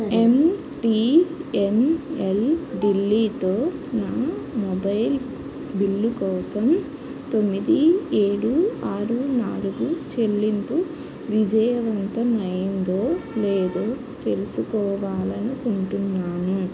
ఎమ్ T N L ఢిల్లీతో నా mobile bill కోసం తొమ్మిది ఏడు ఆరు నాలుగు చెల్లింపు విజయవంతమైందో లేదో తెలుసుకోవాలి అనుకుంటున్నాను